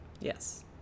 yes